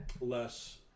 less